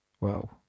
Wow